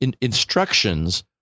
instructions